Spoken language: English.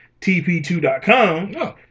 TP2.com